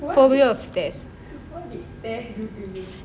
phobia of stairs